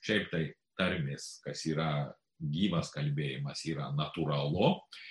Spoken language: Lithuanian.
šiaip tai tarmės kas yra gyvas kalbėjimas yra natūralu